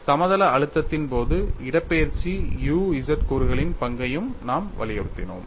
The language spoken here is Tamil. சமதள அழுத்தத்தின் போது இடப்பெயர்ச்சி u z கூறுகளின் பங்கையும் நாம் வலியுறுத்தினோம்